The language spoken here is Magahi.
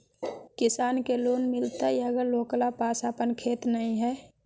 किसान के लोन मिलताय अगर ओकरा पास अपन खेत नय है?